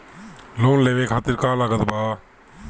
Loan लेवे खातिर का का लागत ब?